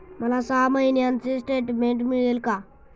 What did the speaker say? मला सहा महिन्यांचे स्टेटमेंट मिळेल का?